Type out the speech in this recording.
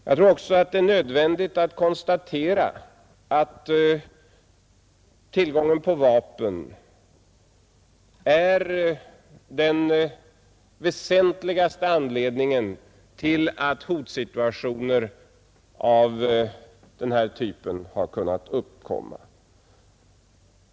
Jag tror också det är nödvändigt att konstatera att tillgången på vapen är den väsentligaste anledningen till att hotsituationer av den här typen har kunnat uppkomma.